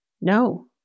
No